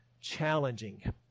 challenging